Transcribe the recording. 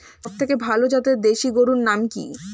সবথেকে ভালো জাতের দেশি গরুর নাম কি?